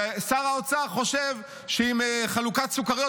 ושר האוצר חושב שעם חלוקת סוכריות